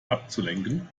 abzulenken